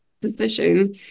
position